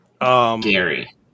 Gary